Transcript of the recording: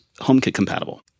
HomeKit-compatible